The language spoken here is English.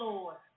Lord